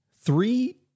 Three